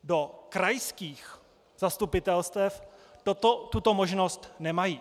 Do krajských zastupitelstev tuto možnost nemají.